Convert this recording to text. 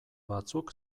batzuk